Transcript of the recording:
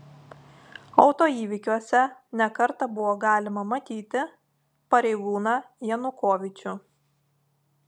autoįvykiuose ne kartą buvo galima matyti pareigūną janukovyčių